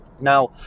Now